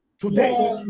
Today